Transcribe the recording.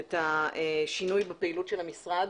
את השינוי בפעילות של המשרד